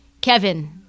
Kevin